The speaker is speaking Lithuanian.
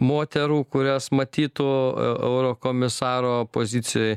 moterų kurias matytų eurokomisaro pozicijoj